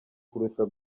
kurusha